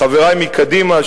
חברי מקדימה,